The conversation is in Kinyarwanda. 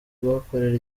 kuhakorera